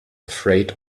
afraid